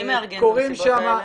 מי מארגן את המסיבות האלה?